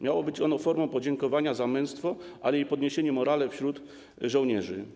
Miało być ono formą podziękowania za męstwo, ale i chodziło o podniesienie morale wśród żołnierzy.